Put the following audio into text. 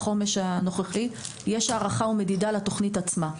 בחומש הנוכחי יש הערכה ומדידה לתוכנית עצמה.